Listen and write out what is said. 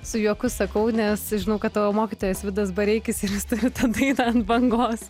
su juoku sakau nes žinau kad tavo mokytojas vidas bareikis ir jis turi tą dainą ant bangos